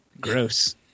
Gross